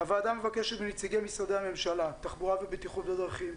הוועדה מבקשת מנציגי משרדי הממשלה - תחבורה ובטיחות בדרכים,